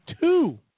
two